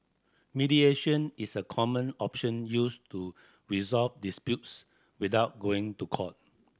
mediation is a common option used to resolve disputes without going to court